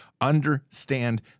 Understand